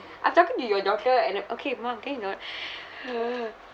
I'm talking to your daughter and um okay mum hang on